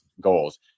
goals